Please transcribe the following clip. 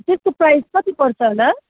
त्यसको प्राइस कति पर्छ होला